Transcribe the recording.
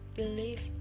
believe